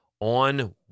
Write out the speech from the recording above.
on